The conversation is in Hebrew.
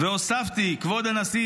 והוספתי: 'כבוד הנשיא,